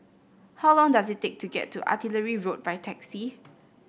how long does it take to get to Artillery Road by taxi